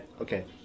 okay